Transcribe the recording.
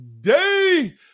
day